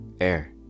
Air